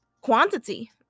quantity